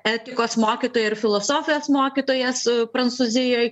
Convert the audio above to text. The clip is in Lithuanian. etikos mokytoja ir filosofijos mokytojas prancūzijoj